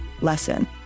lesson